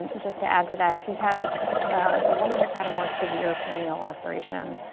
just to add to that. if you've had, if a woman has had a more severe perineal laceration